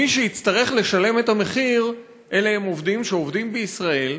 מי שיצטרכ לשלם את המחיר אלה עובדים שעובדים בישראל,